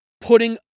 putting